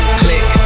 click